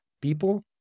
people